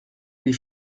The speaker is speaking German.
wie